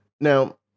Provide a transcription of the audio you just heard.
Now